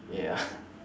ya